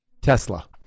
Tesla